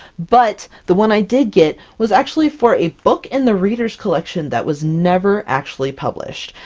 but the one i did get, was actually for a book in the readers collection that was never actually published.